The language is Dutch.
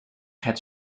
het